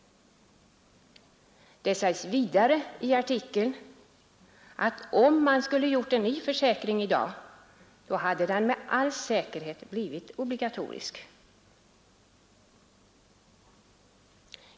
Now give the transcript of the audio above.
Det sägs vidare i artikeln att om man skulle ha gjort en ny försäkring i dag, hade den med all säkerhet blivit obligatorisk.